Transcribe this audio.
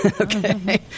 Okay